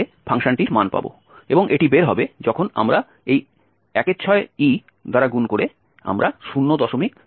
এবং এটি বের হবে যখন আমরা এই 16e দ্বারা গুণ করে আমরা 00218 পাব